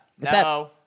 No